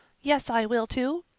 yes, i will, too.